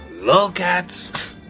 lolcats